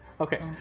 Okay